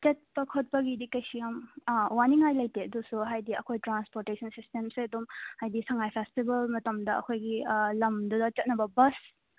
ꯆꯠꯄ ꯈꯣꯠꯄꯒꯤꯗꯤ ꯀꯩꯁꯨ ꯌꯥꯝ ꯋꯥꯅꯤꯡꯉꯥꯏ ꯂꯩꯇꯦ ꯑꯗꯨꯁꯨ ꯍꯥꯏꯗꯤ ꯑꯩꯈꯣꯏ ꯇ꯭ꯔꯥꯟ꯭ꯁꯄꯣꯔꯇꯦꯁꯟ ꯁꯤꯁꯇꯦꯝꯁꯨ ꯑꯗꯨꯝ ꯍꯥꯏꯗꯤ ꯁꯉꯥꯏ ꯐꯦꯁꯇꯤꯕꯦꯜ ꯃꯇꯝꯗ ꯑꯩꯈꯣꯏꯒꯤ ꯂꯝꯗꯨꯗ ꯆꯠꯅꯕ ꯕꯁ